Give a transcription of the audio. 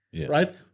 Right